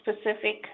specific